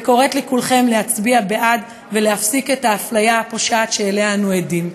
וקוראת לכולכם להצביע בעד ולהפסיק את האפליה הפושעת שלה אנו עדים.